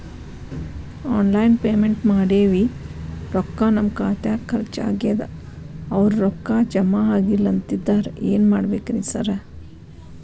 Online payment ಮಾಡೇವಿ ರೊಕ್ಕಾ ನಮ್ ಖಾತ್ಯಾಗ ಖರ್ಚ್ ಆಗ್ಯಾದ ಅವ್ರ್ ರೊಕ್ಕ ಜಮಾ ಆಗಿಲ್ಲ ಅಂತಿದ್ದಾರ ಏನ್ ಮಾಡ್ಬೇಕ್ರಿ ಸರ್?